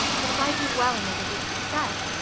but if i do well and make a big success,